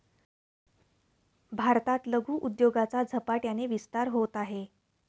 भारतात लघु उद्योगाचा झपाट्याने विस्तार होत आहे